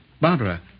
Barbara